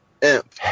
Imp